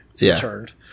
returned